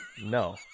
No